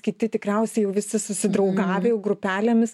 kiti tikriausiai visi susidraugavę jau grupelėmis